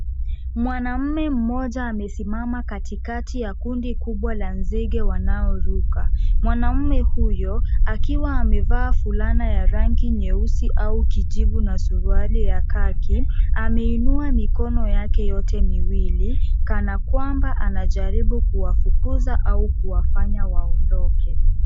Mwaname, mmoja amesimama katikati ya kundi kubwa la nzige wanaoruka. Mwanamume huyo akiwa amevaa fulana ya rangi nyeusi au kijivu na suruali ya kaki ameinua mikono yake yote miwili kana kwamba anajaribu kuwafukuza au kuwafanya waondoke.